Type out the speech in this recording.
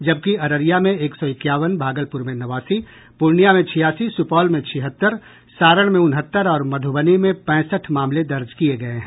जबकि अररिया में एक सौ इक्यावन भागलपुर में नवासी पूर्णिया में छियासी सुपौल में छिहत्तर सारण में उनहत्तर और मधुबनी में पैंसठ मामले दर्ज किये गये हैं